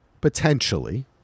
Potentially